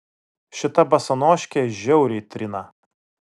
šita basanoškė žiauriai trina